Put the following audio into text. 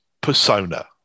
persona